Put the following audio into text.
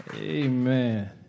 Amen